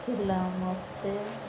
ଥିଲା ମୋତେ